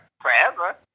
forever